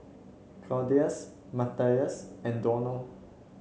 Claudius Matias and Donal